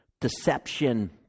deception